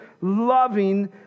loving